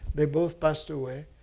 they both passed away.